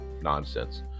nonsense